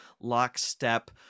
lockstep